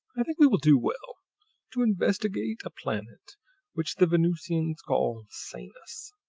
i think we will do well to investigate a planet which the venusians call sanus.